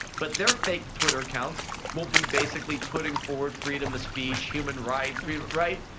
but their fake twitter accounts will be basically putting forward freedom of speech, human rights, right?